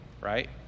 right